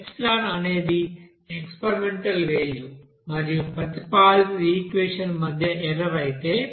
epsilon అనేది experimental value మరియు ప్రతిపాదిత ఈక్వెషన్ మధ్య ఎర్రర్ అయితే